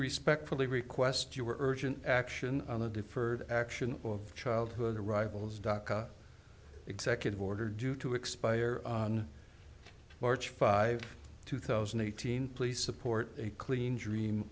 respectfully request you were urgent action on the deferred action of childhood arrivals daca executive order due to expire on march five two thousand eight hundred please support a clean dream